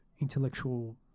intellectual